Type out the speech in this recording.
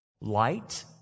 light